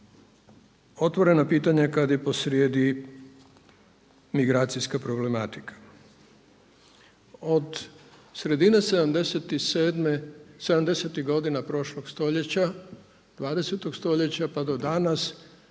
otvorena pitanja kad je posrijedi migracijska problematika. Od sredine '70-ih godina prošlog stoljeća 20. stoljeća pa do danas